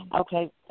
Okay